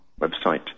website